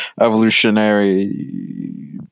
evolutionary